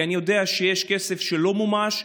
כי אני יודע שיש כסף שלא מומש,